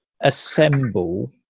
assemble